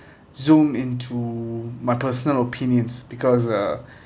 zoom into my personal opinions because uh